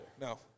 No